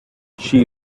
she